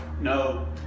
no